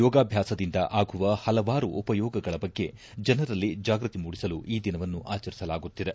ಯೋಗಾಭ್ಯಾಸದಿಂದ ಆಗುವ ಪಲವಾರು ಉಪಯೋಗಗಳ ಬಗ್ಗೆ ಜನರಲ್ಲಿ ಜಾಗೃತಿ ಮೂಡಿಸಲು ಈ ದಿನವನ್ನು ಆಚರಿಸಲಾಗುತ್ತಿದೆ